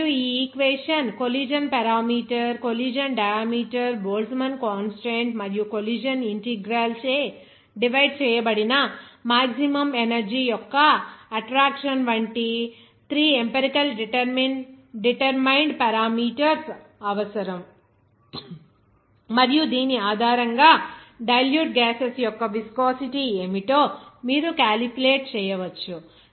52 T మరియు equation collision parameter collision diameter Boltzmann constant మరియు collision integral చే divide చేయబడిన మాక్సిమమ్ ఎనర్జీ యొక్క అట్రాక్షన్ వంటి 3 ఎంపెరికల్ డిటెర్మైన్డ్ పారామీటర్స్ అవసరం మరియు దీని ఆధారంగా డైల్యూట్ గ్యాసెస్ యొక్క విస్కోసిటీ ఏమిటో మీరు క్యాలిక్యులేట్ చేయవచ్చు